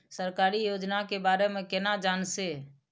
सरकारी योजना के बारे में केना जान से?